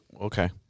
okay